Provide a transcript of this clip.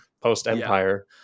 post-Empire